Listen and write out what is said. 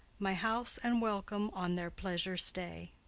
my house and welcome on their pleasure stay